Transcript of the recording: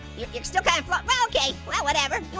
you're you're still kind of float, well okay. well, whatever.